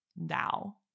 now